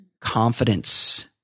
confidence